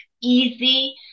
easy